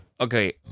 Okay